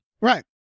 right